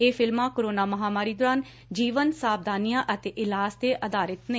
ਇਹ ਫਿਲਮਾਂ ਕੋਰੋਨਾ ਮਹਾਂਮਾਰੀ ਦੌਰਾਨ ਜੀਵਨ ਸਾਵਧਾਨੀਆਂ ਅਤੇ ਇਲਾਜ ਤੇ ਅਧਾਰਿਤ ਨੇ